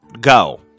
go